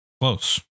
Close